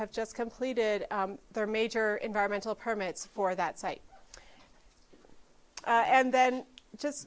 have just completed their major environmental permits for that site and then just